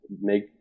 make